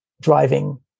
driving